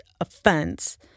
offense